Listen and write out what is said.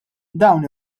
dawn